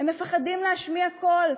הם מפחדים להשמיע קול.